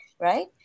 right